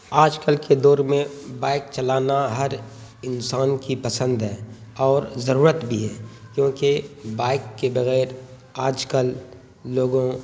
آج کل کے دور میں بائک چلانا ہر انسان کی پسند ہے اور ضرورت بھی ہے کیونکہ بائک کے بغیر آج کل لوگوں